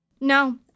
No